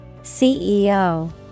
CEO